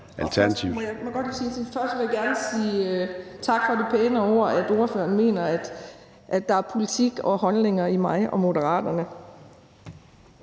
Jeg vil gerne sige tak for de pæne ord og for, at ordføreren mener, at der er politik og holdninger i mig og Moderaterne.